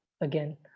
again